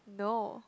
no